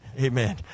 Amen